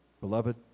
Beloved